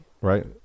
right